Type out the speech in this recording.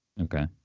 Okay